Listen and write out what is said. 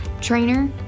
trainer